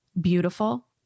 beautiful